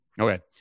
okay